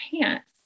pants